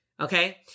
Okay